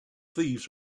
thieves